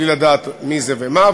בלי לדעת מי זה ומה,